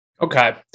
Okay